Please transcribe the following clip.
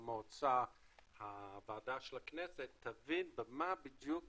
המועצה והוועדה של הכנסת יבינו במה בדיוק